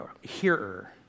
hearer